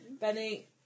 Benny